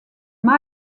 mike